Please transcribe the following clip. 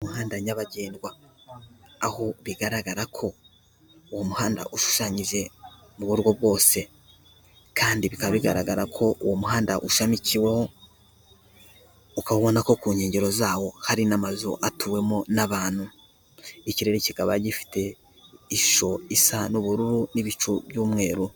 Umuhanda nyabagendwa, aho bigaragara ko uwo muhanda ushushanyije mu buryo bwose kandi bikaba bigaragara ko uwo muhanda ushamikiweho, ukaba ubona ko ku nkengero zawo hari n'amazu atuwemo n'abantu. Ikirere kikaba gifite ishusho isa n'ubururu n'ibicu by'umweru.